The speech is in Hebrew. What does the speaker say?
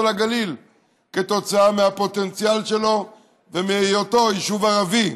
הגליל כתוצאה מהפוטנציאל שלו ומהיותו יישוב ערבי.